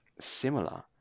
similar